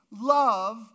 Love